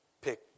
pick